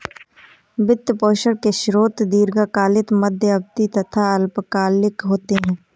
वित्त पोषण के स्रोत दीर्घकालिक, मध्य अवधी तथा अल्पकालिक होते हैं